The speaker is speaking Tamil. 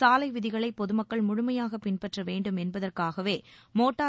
சாலை விதிகளை பொது மக்கள் முழுமையாக பின்பற்ற வேண்டும் என்பதற்காகவே மோட்டார்